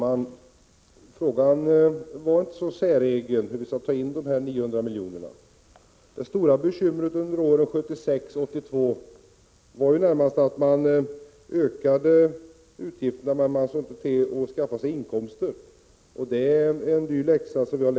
Herr talman! Frågan hur vi skall ta in dessa 900 miljoner är inte så säregen. Det stora bekymret är att man under åren 1976-1982 ökade utgifterna men inte såg till att skaffa sig motsvarande inkomster. Det har stått oss dyrt.